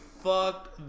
Fuck